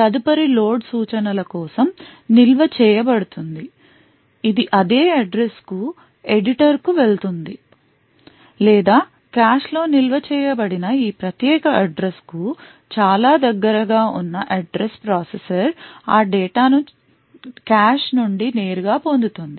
తదుపరి లోడ్ సూచనల కోసం నిల్వ చేయ బడుతుంది ఇది అదే అడ్రస్ కు ఎడిటర్కు వెళుతుంది లేదా కాష్లో నిల్వ చేయబడిన ఈ ప్రత్యేక అడ్రస్ కు చాలా దగ్గరగా ఉన్న అడ్రస్ ప్రాసెసర్ ఆ డేటా ను కాష్ నుండి నేరుగా పొందుతుంది